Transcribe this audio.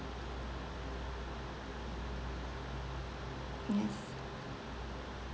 yes